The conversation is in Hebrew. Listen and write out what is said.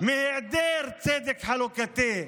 מהיעדר צדק חלוקתי.